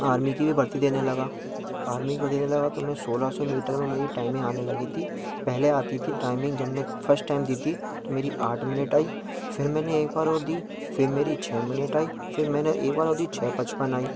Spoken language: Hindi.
आर्मी की भी भर्ती देने लगा आर्मी की भर्ती देने लगा तो मैं सोलह सौ मीटर में मेरी टाइमिंग आने लगी थी पहले आती थी टाइमिंग जब मैं फर्स्ट टाइम जीती तो मेरी आठ मिनट आई फिर मैंने एक बार ओर दी फिर मेरी छ मिनट आई फिर मैंने एक बार और दी छ पचपन आई